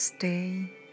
stay